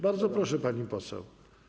Bardzo proszę, pani poseł.